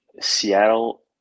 Seattle